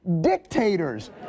dictators